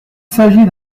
s’agit